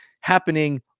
happening